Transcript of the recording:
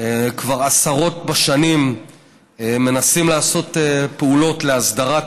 כבר עשרות בשנים מנסים לעשות פעולות להסדרת